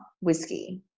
whiskey